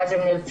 ואז הן נרצחו.